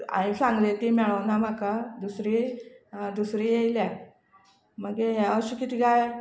हांयें सांगली ती मेळोना म्हाका दुसरी दुसरी येयल्या मागीर हें अशें कितें गाय